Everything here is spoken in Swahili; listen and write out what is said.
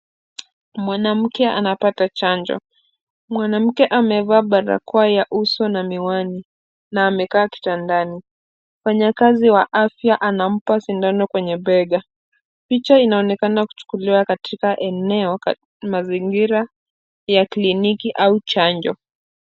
Mwanamke anapata chanjo, mwanamke amevaa barakoa ya uso na miwani na amekaa kitandani, mfanyakazi wa afya anampa sindano kwenye bega , picha inaonekana kuchukuliwa katika eneo mazingira ya kliniki au chanjo.